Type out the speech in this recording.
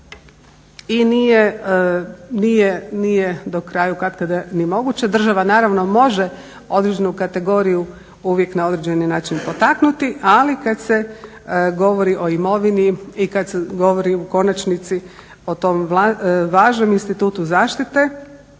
i nije do kraja ju katkada ni moguće. Država naravno može određenu kategoriju uvijek na određeni način potaknuti, ali kada se govori o imovini i kada se govori u konačnici o tom važnom institutu zaštite